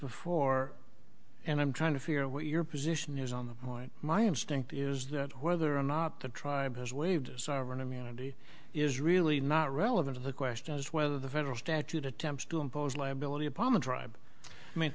before and i'm trying to figure out what your position is on the line my instinct is that whether or not the tribe has waived sovereign immunity is really not relevant to the question is whether the federal statute attempts to impose liability upon the tribe i mean